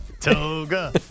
toga